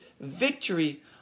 victory